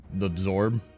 Absorb